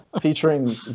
featuring